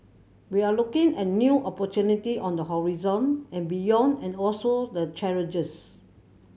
we are looking at new opportunity on the horizon and beyond and also the challenges